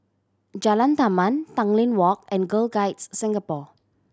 Jalan Taman Tanglin Walk and Girl Guides Singapore